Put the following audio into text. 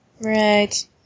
Right